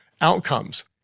outcomes